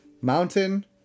mountain